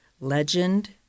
Legend